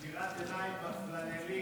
סגירת עיניים בפלנלית,